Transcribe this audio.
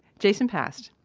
jason passed,